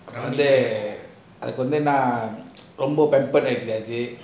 வந்து அதுக்கு வந்து என்னனா ரொம்ப:vanthu athuku vanthu ennana romba pamper ஆயிடுது அது:aayeduthu athu